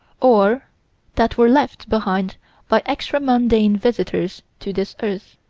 or that were left behind by extra-mundane visitors to this earth